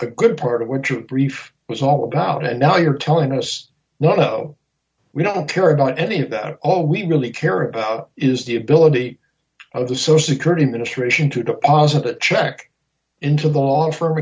a good part of what you brief was all about and now you're telling us not oh we don't care about any of that and all we really care about is the ability of the social security administration to deposit check into the law f